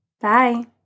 Bye